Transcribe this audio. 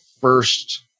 first